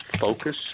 focus